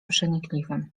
przenikliwym